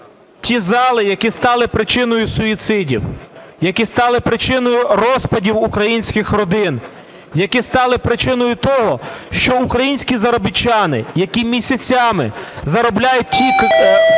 ті зали, які стали причиною суїцидів, які стали причиною розпадів українських родин, які стали причиною того, що українські заробітчани, які місяцями заробляють ті кошти